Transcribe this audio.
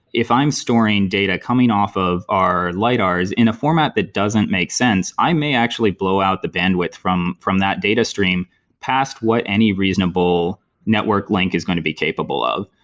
if i'm storing data coming off of our lidars in a format that doesn't make sense, i may actually blow out the bandwidth from from that datastream past what any reasonable network link is going to be capable of.